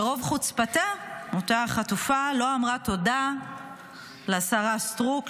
ברוב חוצפתה אותה חטופה לא אמרה תודה לשרה סטרוק,